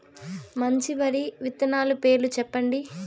మంచి వరి విత్తనాలు పేర్లు చెప్పండి?